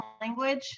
language